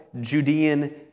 Judean